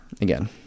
again